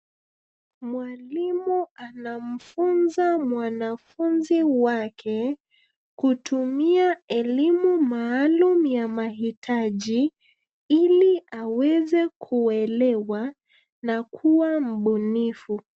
Mwalimu anamfunza mwanafunzi wake kutumia elimu maalum ya mahitaji, ili aweze kuelewa na kuwa mbunifu.